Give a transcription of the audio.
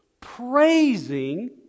praising